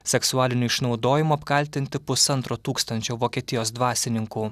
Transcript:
seksualiniu išnaudojimu apkaltinti pusantro tūkstančio vokietijos dvasininkų